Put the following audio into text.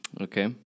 Okay